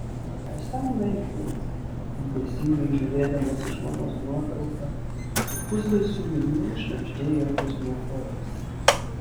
visam laikui ilgesingai žiūrėdamas į žmonos nuotrauką pusbalsiu liūdnai šnabždėjo pozdniakovas